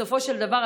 בסופו של דבר,